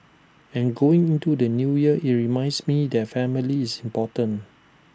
and going into the New Year IT reminds me that family is important